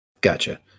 Gotcha